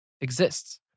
exists